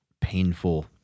painful